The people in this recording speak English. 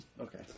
Okay